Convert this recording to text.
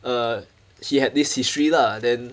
err he had this history lah then